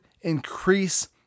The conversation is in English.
increase